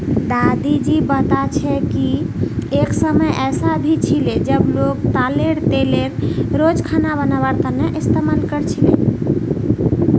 दादी जी बता छे कि एक समय ऐसा भी छिले जब लोग ताडेर तेलेर रोज खाना बनवार तने इस्तमाल कर छीले